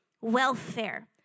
welfare